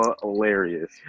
hilarious